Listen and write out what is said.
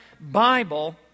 Bible